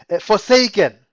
forsaken